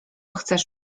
chcesz